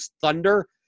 Thunder